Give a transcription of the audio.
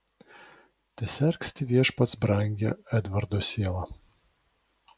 tesergsti viešpats brangią edvardo sielą